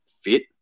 fit